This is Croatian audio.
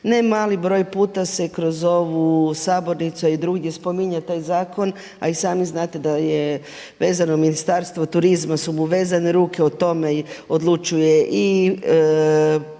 ne mali broj puta se kroz ovu sabornicu i drugdje spominje taj zakon, a i sami znate da je vezano Ministarstvo turizma su mu vezane ruke, o tome odlučuje i